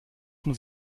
muss